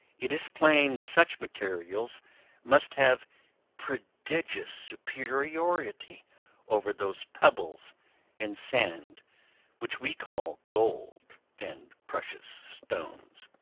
it is plain such materials must have prodigious superiority over those pebbles and sand which we call gold and precious stones.